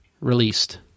released